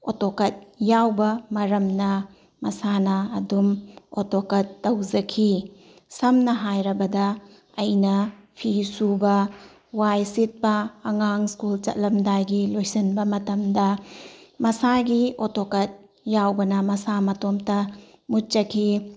autocut ꯌꯥꯎꯕ ꯃꯔꯝꯅ ꯃꯁꯥꯅ ꯑꯗꯨꯝ ꯑꯣꯇꯣꯀꯠ ꯇꯧꯖꯈꯤ ꯁꯝꯅ ꯍꯥꯏꯔꯕꯗ ꯑꯩꯅ ꯐꯤꯁꯨꯕ ꯋꯥꯏꯁꯤꯠꯄ ꯑꯉꯥꯡ ꯁ꯭ꯀꯨꯜ ꯆꯠꯂꯝꯗꯥꯏꯒꯤ ꯂꯣꯏꯁꯤꯟꯕ ꯃꯇꯝꯗ ꯃꯁꯥꯒꯤ ꯑꯣꯇꯣꯀꯠ ꯌꯥꯎꯕꯅ ꯃꯁꯥ ꯃꯇꯣꯝꯇ ꯃꯨꯠꯆꯈꯤ